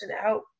out